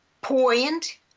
point